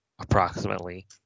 approximately